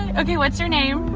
and ok whats your name?